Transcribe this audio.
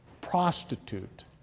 prostitute